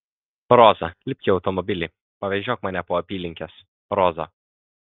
roza lipk į automobilį pavežiok mane po apylinkes roza